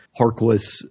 Harkless